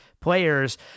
players